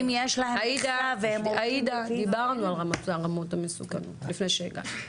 עאידה, דיברנו על רמות המסוכנות לפני שהגעת.